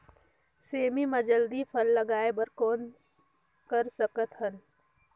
सेमी म जल्दी फल लगाय बर कौन कर सकत हन?